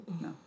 No